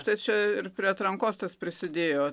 tai čia ir prie atrankos tas prisidėjo